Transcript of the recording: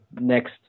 next